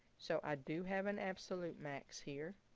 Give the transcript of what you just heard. so i do have an absolute max here